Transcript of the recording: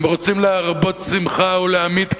הם רוצים להרבות שמחה ולהמעיט כאב,